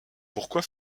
pourquoi